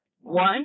one